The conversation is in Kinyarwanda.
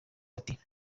ati